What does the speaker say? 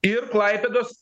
ir klaipėdos